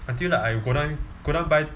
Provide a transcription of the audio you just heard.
until like I go down go down buy